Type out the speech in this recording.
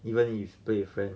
even if play with friend